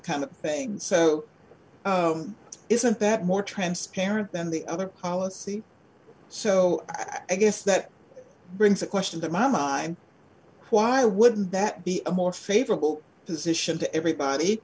kind of thing so isn't that more transparent than the other policy so i guess that brings the question to my mind why would that be a more favorable position to everybody